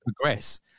progress